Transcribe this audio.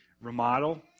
remodel